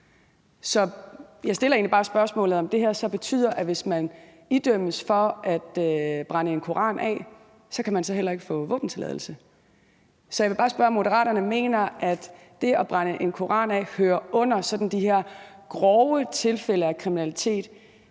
egentlig bare spørgsmålet, om det her så betyder, at hvis man dømmes for at brænde en koran af, kan man så heller ikke få våbentilladelse. Så jeg vil bare spørge, om Moderaterne mener, at det at brænde en koran af hører under de her sådan grove tilfælde af kriminalitet,